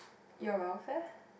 your welfare